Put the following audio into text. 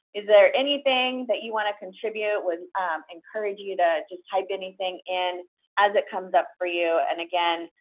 is there anything that you want to contribute? i would encourage you to just type anything in as it comes up for you and again,